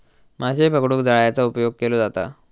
माशे पकडूक जाळ्याचा उपयोग केलो जाता